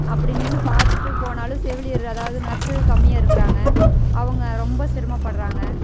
அப்படி நின்று பார்த்துட்டு போனாலும் செவிலியர் அதாவது நர்ஸ்ஸு கம்மியாக இருக்குறாங்கள் அவங்க ரொம்ப சிரமபடுகிறாங்க